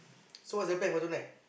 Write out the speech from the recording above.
so what's your plan for tonight